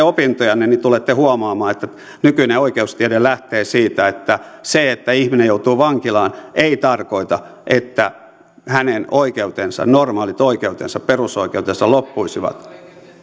opintojanne niin tulette huomaamaan että nykyinen oikeustiede lähtee siitä että se että ihminen joutuu vankilaan ei tarkoita että hänen oikeutensa normaalit oikeutensa perusoikeutensa loppuisivat